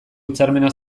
hitzarmena